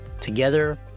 Together